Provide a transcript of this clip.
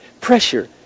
Pressure